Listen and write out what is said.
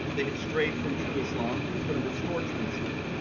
they had strayed from true islam. he was going to restore true islam.